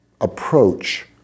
approach